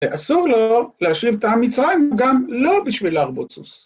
‫ואסור לו להשיב טעם מצרים, ‫גם לא בשביל להרבות סוס.